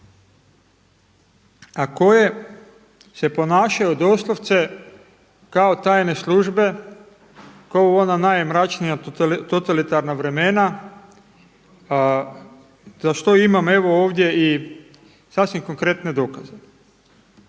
a koje se ponašaju doslovce kao tajne službe kao u ona najmračnija totalitarna vremena za što imam evo ovdje i sasvim konkretne dokaze.